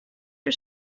are